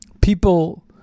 people